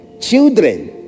children